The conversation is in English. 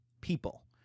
people